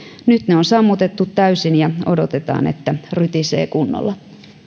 nyt ne on sammutettu täysin ja odotetaan että rytisee kunnolla